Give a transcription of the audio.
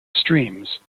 streams